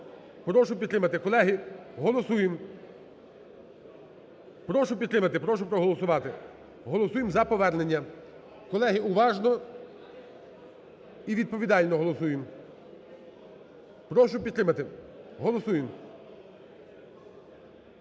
Прошу підтримати. Колеги, голосуємо! Прошу підтримати, прошу проголосувати. Голосуємо за повернення. Колеги, уважно і відповідально голосуємо. Прошу підтримати. Голосуємо!